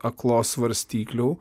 aklos svarstyklių